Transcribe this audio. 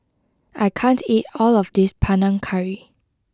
I can't eat all of this Panang Curry